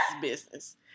business